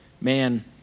man